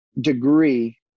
degree